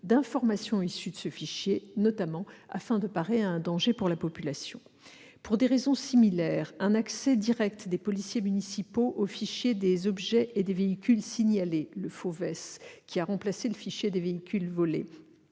d'informations issues de ce fichier, notamment afin de parer à un danger pour la population. Pour des raisons similaires, un accès direct des policiers municipaux au fichier des objets et des véhicules signalés, le FOVeS, qui a remplacé le fichier des véhicules volés,